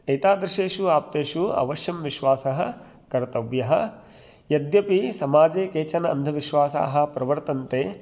एतादृशेषु आप्तेषु अवश्यं विश्वासः कर्तव्यः यद्यपि समाजे केचन अन्धविश्वासाः प्रवर्तन्ते